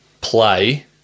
Play